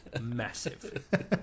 massive